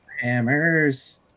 Hammers